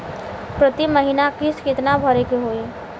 प्रति महीना किस्त कितना भरे के होई?